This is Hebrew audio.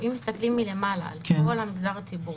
אם מסתכלים מלמעלה על פני כל המגזר הציבורי,